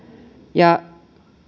ja